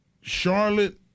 Charlotte